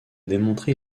démontré